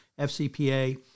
FCPA